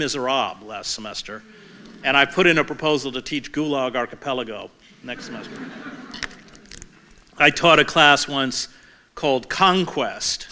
miserables last semester and i put in a proposal to teach gulag archipelago next list i taught a class once called conquest